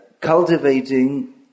cultivating